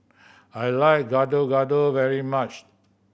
I like Gado Gado very much